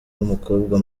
w’umukobwa